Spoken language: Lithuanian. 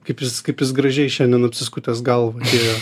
kaip jis kaip jis gražiai šiandien apsiskutęs galvą atėjo